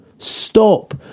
Stop